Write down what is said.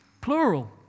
plural